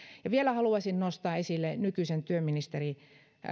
haluaisin vielä nostaa esille nykyisen työministerin